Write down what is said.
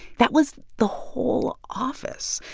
that was the whole office.